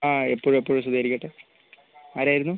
ആ എപ്പോഴും എപ്പോഴും സ്തുതിയായിരിക്കട്ടെ ആരായിരുന്നു